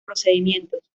procedimientos